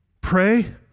Pray